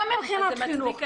אז זה מצדיק אלימות?